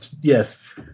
Yes